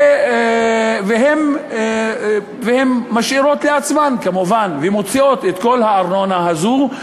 והן משאירות לעצמן כמובן ומוציאות את כל הארנונה הזאת,